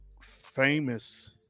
famous